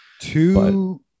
Two